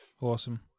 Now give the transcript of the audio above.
Awesome